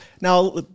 now